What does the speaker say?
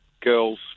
girls